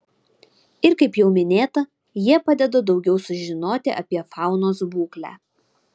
ir kaip jau minėta jie padeda daugiau sužinoti apie faunos būklę